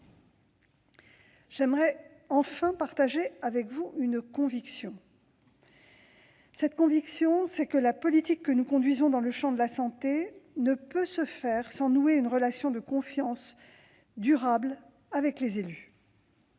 J'aimerais enfin partager avec vous une conviction : la politique que nous conduisons dans le champ de la santé ne peut se faire sans nouer une relation de confiance durable avec les élus.